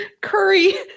Curry